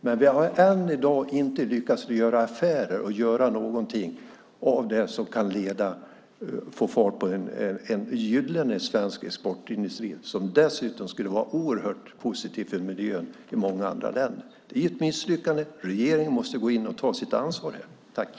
Men vi har än i dag inte lyckats göra affärer och göra någonting av det som kan få fart på en gyllene svensk exportindustri som dessutom skulle vara oerhört positiv för miljön i många andra länder. Det är ett misslyckande. Regeringen måste gå in och ta sitt ansvar i detta sammanhang.